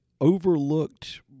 overlooked